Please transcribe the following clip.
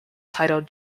titled